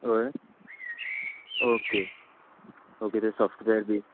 वय okay okay ते software बी